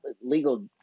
legal